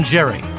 Jerry